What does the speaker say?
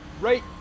Right